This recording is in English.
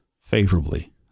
favorably